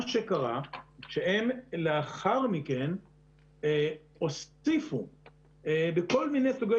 מה שקרה הוא שלאחר מכן הם הוסיפו בכל מיני סוגי